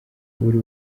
uri